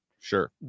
Sure